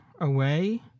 away